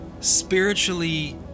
spiritually